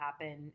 happen